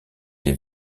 les